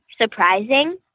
surprising